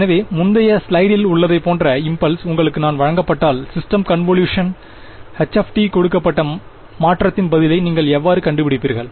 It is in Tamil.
எனவே முந்தைய ஸ்லைடில் உள்ளதைப் போன்ற இம்பல்ஸ் உங்களுக்கு நான் வழங்கப்பட்டால் சிஸ்டம் கன்வொலுஷன் h கொடுக்கப்பட்ட மாற்றத்தின் பதிலை நீங்கள் எவ்வாறு கண்டுபிடிப்பீர்கள்